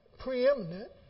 preeminent